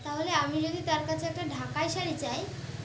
তাহলে আমি যদি তার কাছে একটা ঢাকাই শাড়ি চাই